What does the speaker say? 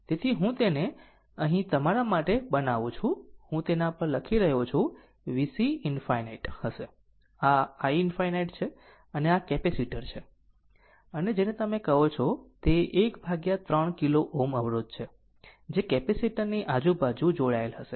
તેથી હું તેને અહીં તમારા માટે બનાવું છું હું તેના પર લખી રહ્યો છું VC ∞ હશે આ i ∞ છે અને આ કેપેસિટર છે અને જેને તમે કહો છો તે એક ભાગ્યા ત્રણ કિલો Ω અવરોધ છે જે કેપેસિટર ની આજુબાજુ જોડાયેલ હશે